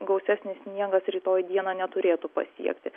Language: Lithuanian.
gausesnis sniegas rytoj dieną neturėtų pasiekti